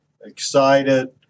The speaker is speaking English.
excited